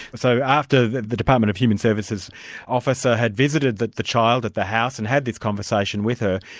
so after the the department of human services officer had visited the the child at the house, and had this conversation with her,